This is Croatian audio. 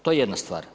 To je jedna stvar.